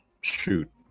shoot